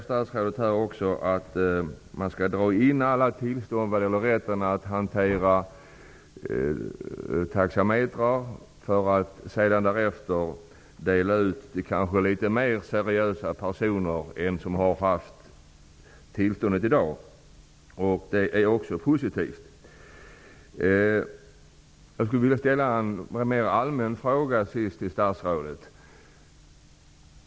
Statsrådet säger också att man skall dra in alla tillstånd till plombering av taxametrar för att sedan dela ut sådana till kanske litet mer seriösa personer. Också det är positivt. Jag vill till sist ställa en mer allmän fråga till statsrådet.